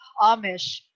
amish